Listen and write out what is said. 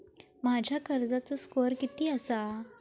माझ्या कर्जाचो स्कोअर किती आसा?